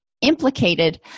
implicated